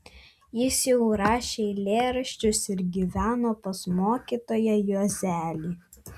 jis jau rašė eilėraščius ir gyveno pas mokytoją juozelį